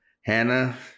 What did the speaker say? Hannah